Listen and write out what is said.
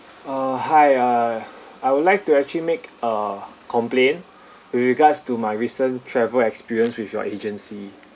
uh hi uh I would like to actually make a complaint with regards to my recent travel experience with your agency